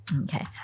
Okay